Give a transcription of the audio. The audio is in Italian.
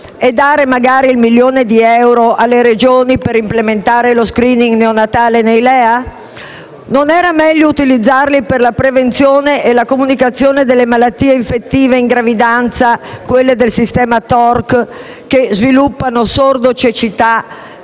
e dare magari il milione di euro alle Regioni per implementare lo *screening* neonatale nei LEA? Non era meglio utilizzarli per la prevenzione e comunicazione di malattie infettive in gravidanza (quelle del sistema TORCH) che sviluppano sordocecità